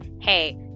hey